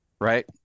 right